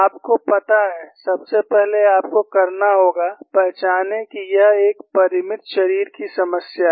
आपको पता है सबसे पहले आपको करना होगा पहचानें कि यह एक परिमित शरीर की समस्या है